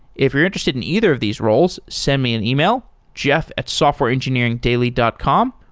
if you're interested in either of these roles, send me an email, jeff at softwareengineeringdaily dot com.